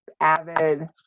avid